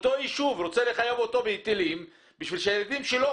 אותו יישוב רוצה לחייב אותו בהיטלים בשביל שהילדים שלו,